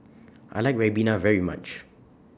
I like Ribena very much